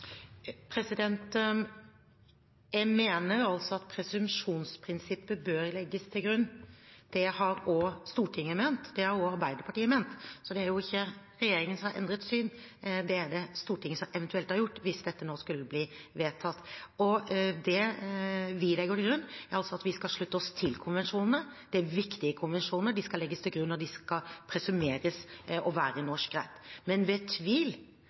Jeg mener altså at presumsjonsprinsippet bør legges til grunn. Det har også Stortinget ment. Det har også Arbeiderpartiet ment. Så det er jo ikke regjeringen som har endret syn, det er det Stortinget som eventuelt har gjort hvis dette nå skulle bli vedtatt. Det vi legger til grunn, er at vi skal slutte oss til konvensjonene. Det er viktige konvensjoner. De skal legges til grunn, og de skal presumeres å være i norsk rett. Men ved tvil